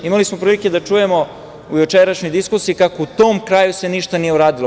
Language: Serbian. Imali smo prilike da čujemo u jučerašnjoj diskusiji kako se u tom kraju ništa nije uradilo.